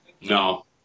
No